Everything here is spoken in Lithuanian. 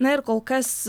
na ir kol kas